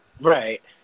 Right